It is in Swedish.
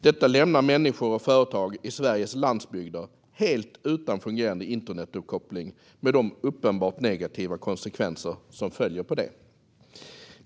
Detta lämnar människor och företag i Sveriges landsbygder helt utan fungerande internetuppkoppling med de uppenbart negativa konsekvenser som följer på detta.